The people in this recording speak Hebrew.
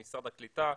ממשרד הקליטה,